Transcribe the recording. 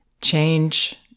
Change